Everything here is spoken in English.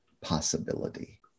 possibility